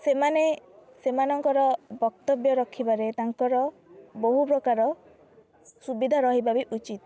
ସେମାନେ ସେମାନଙ୍କର ବକ୍ତବ୍ୟ ରଖିବାରେ ତାଙ୍କର ବହୁ ପ୍ରକାର ସୁବିଧା ରହିବା ବି ଉଚିତ୍